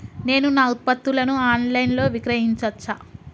నేను నా ఉత్పత్తులను ఆన్ లైన్ లో విక్రయించచ్చా?